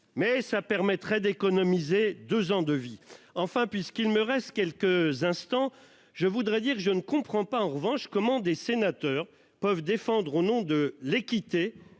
mesure permettrait d'économiser deux ans de vie. Enfin, puisqu'il me reste quelques instants, je tiens à dire que je ne comprends pas comment des sénateurs peuvent défendre, au nom de l'équité,